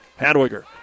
Hadwiger